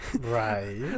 right